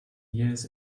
jähes